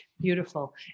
Beautiful